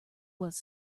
was